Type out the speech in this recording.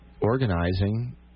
organizing